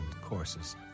courses